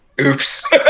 oops